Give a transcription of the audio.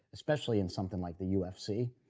especially in something like the ufc.